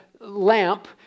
lamp